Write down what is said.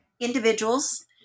individuals